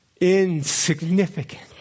insignificant